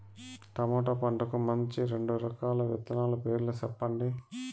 tomato పంటకు మంచి రెండు రకాల విత్తనాల పేర్లు సెప్పండి